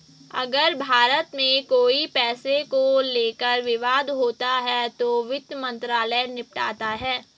अगर भारत में कोई पैसे को लेकर विवाद होता है तो वित्त मंत्रालय निपटाता है